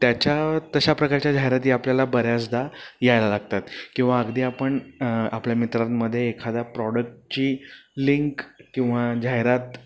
त्याच्या तशा प्रकारच्या जाहिराती आपल्याला बऱ्याचदा यायला लागतात किंवा अगदी आपण आपल्या मित्रांमध्ये एखादा प्रॉडक्टची लिंक किंवा जाहिरात